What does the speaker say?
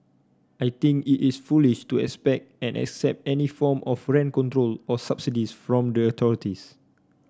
I think it is foolish to expect and accept any form of rent control or subsidies from the authorities